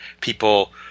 people